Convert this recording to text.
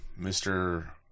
Mr